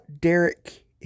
Derek